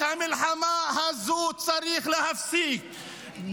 את המלחמה הזו צריך להפסיק.